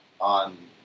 on